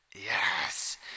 Yes